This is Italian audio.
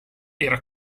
era